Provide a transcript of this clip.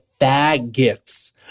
faggots